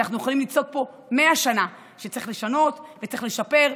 אנחנו יכולים לצעוק פה מאה שנה שצריך לשנות וצריך לשפר,